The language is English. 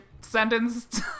sentence